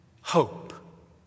hope